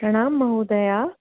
प्रणाम् महोदया